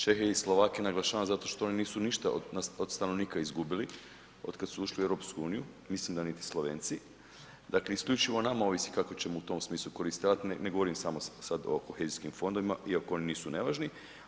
Čehe i Slovake naglašavam zato što oni ništa od stanovnika izgubili od kad su ušli u EU, mislim da niti Slovenci, dakle isključivo o nama ovisi kako ćemo u tom smislu koristiti, ja ne govorim sada samo o kohezijskim fondovima iako nisu nevažni.